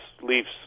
Leafs